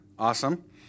Awesome